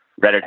Reddit